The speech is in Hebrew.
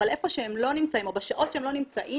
אבל איפה שהם לא נמצאים או בשעות שהם לא נמצאים,